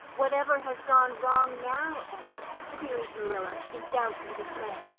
whatever has gone wrong now, anne? queried marilla in doubt and dismay.